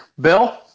Bill